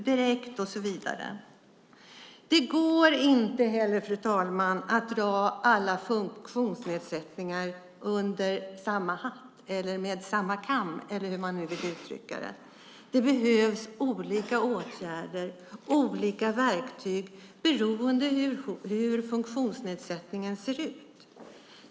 Det går inte att dra alla funktionsnedsättningar över en kam. Det behövs olika åtgärder och olika verktyg beroende på hur funktionsnedsättningen ser ut.